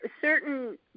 certain